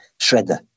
shredder